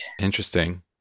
Interesting